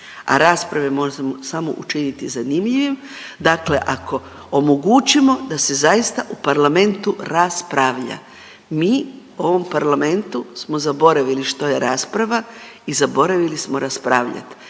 a rasprave možemo samo učiniti zanimljivim dakle ako omogućimo da se zaista u Parlamentu raspravlja. Mi u ovom Parlamentu smo zaboravili što je rasprava i zaboravili smo raspravljat.